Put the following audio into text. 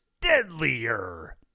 deadlier